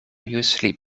usually